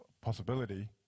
possibility